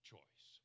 choice